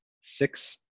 six